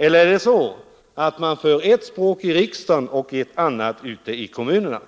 Eller är det så att man för ett språk i riksdagen och ett annat ute i kommunerna?